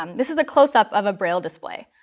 um this is a close-up of a braille display.